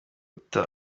uta